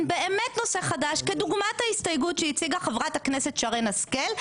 באמת נושא חדש כדוגמת ההסתייגות שהציגה חברת הכנסת שרן השכל,